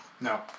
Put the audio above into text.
No